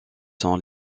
sont